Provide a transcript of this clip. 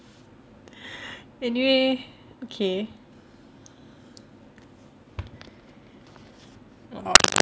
anyway okay